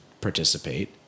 participate